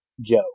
Joe